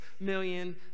million